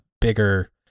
bigger